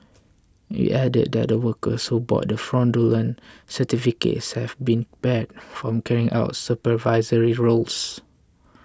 it added that the workers who bought the fraudulent certificates have been barred from carrying out supervisory roles